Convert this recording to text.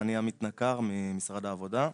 אני עמית נקר ממשרד העבודה.